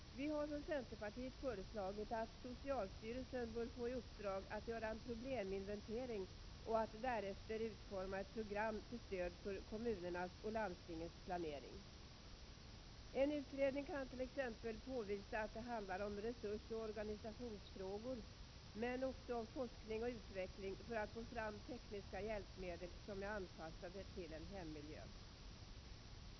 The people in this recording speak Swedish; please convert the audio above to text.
Vi har från centerpartiet föreslagit att socialstyrelsen skall få i uppdrag att göra en probleminventering och att därefter utforma ett program till stöd för kommunernas och landstingens planering. En utredning kan t.ex. påvisa att det handlar om resursoch organisationsfrågor men också om forskning och utveckling för att få fram tekniska hjälpmedel som är anpassade till en hemmiljö.